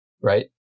right